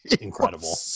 incredible